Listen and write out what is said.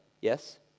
Yes